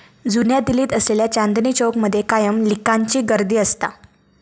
जुन्या दिल्लीत असलेल्या चांदनी चौक मध्ये कायम लिकांची गर्दी असता